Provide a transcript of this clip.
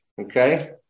Okay